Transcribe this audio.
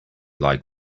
like